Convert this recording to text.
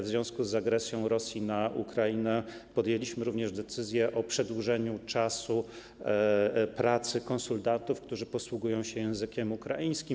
W związku z agresją Rosji na Ukrainę podjęliśmy decyzję o przedłużeniu czasu pracy konsultantów, którzy posługują się językiem ukraińskim.